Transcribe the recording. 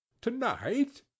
To-night